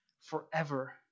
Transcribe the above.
forever